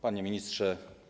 Panie Ministrze!